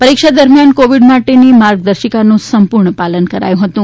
પરીક્ષા દરમિયાન કોવીડ માટેની માર્ગદર્શિકાનું સંપુર્ણ પાલન કરાયું હતું